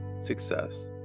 success